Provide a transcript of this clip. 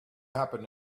happened